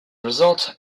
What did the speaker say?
result